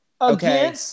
okay